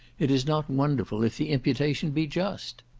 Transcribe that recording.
it is not wonderful if the imputation be just.